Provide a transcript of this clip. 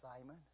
Simon